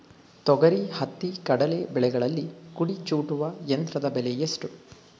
ತೊಗರಿ, ಹತ್ತಿ, ಕಡಲೆ ಬೆಳೆಗಳಲ್ಲಿ ಕುಡಿ ಚೂಟುವ ಯಂತ್ರದ ಬೆಲೆ ಎಷ್ಟು?